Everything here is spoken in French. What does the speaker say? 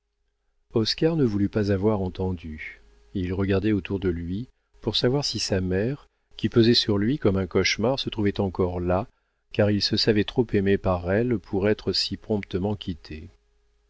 oscar ne voulut pas avoir entendu il regardait autour de lui pour savoir si sa mère qui pesait sur lui comme un cauchemar se trouvait encore là car il se savait trop aimé par elle pour être si promptement quitté